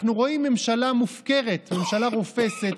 אנחנו רואים ממשלה מופקרת, ממשלה רופסת,